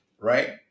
right